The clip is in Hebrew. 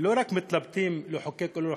לא רק מתלבטים אם לחוקק או לא לחוקק,